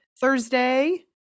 Thursday